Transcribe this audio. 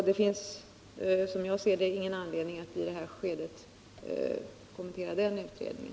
Det finns därför, som jag ser det, ingen anledning att i detta skede kommentera den utredningen.